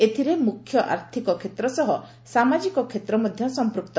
ଏଥିରେ ମୁଖ୍ୟ ଆର୍ଥିକ କ୍ଷେତ୍ର ସହ ସାମାଜିକ କ୍ଷେତ୍ର ମଧ୍ୟ ସମ୍ପୃକ୍ତ